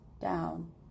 down